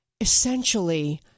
essentially